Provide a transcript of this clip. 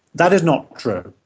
that is not true.